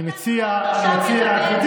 אני מציע, איתן, שאלה פשוטה.